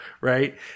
Right